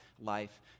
life